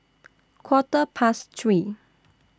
Quarter Past three